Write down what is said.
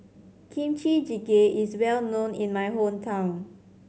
Kimchi Jjigae is well known in my hometown